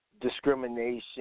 discrimination